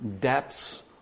depths